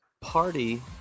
party